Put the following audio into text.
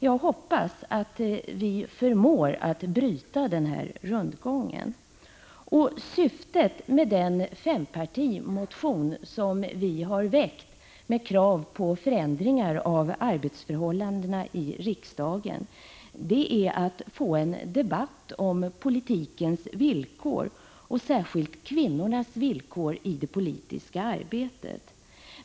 Jag hoppas att vi förmår bryta denna rundgång. Syftet med den fempartimotion som har väckts med krav på förändringar av arbetsförhållandena i riksdagen är att få till stånd en debatt om politikens villkor och särskilt kvinnornas villkor i det politiska arbetet.